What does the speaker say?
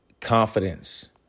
confidence